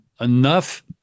enough